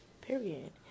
Period